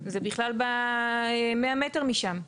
זה בכלל 100 מטר משם,